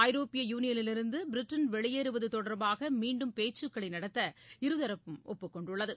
ஐரோப்பிய யூனியனிலிருந்து பிரிட்டன் வெளியேறுவது தொடர்பாக மீண்டும் பேச்சுக்களை நடத்த இருதரப்பும் ஒப்புக்கொண்டுள்ளது